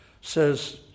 says